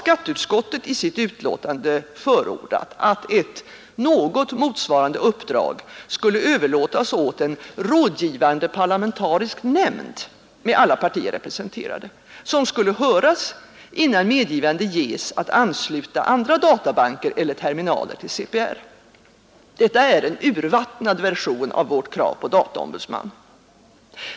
Skatteutskottet har i sitt betänkande förordat attett ————— något motsvarande uppdrag skulle överlåtas åt en rådgivande parlamenta Inrättande av ett risk nämnd med alla partier representerade, som skall höras innan centralt personmedgivande ges att ansluta andra databanker eller terminaler till CPR. register, m.m. Detta är en urvattnad version av vårt krav på dataombudsman.